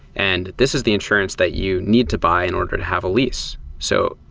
and this is the insurance that you need to buy in order to have a lease. so,